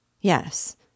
Yes